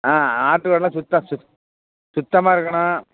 ஆ ஆட்டு கொட்டில்லாம் சுத்த சு சுத்தமாக இருக்கணும்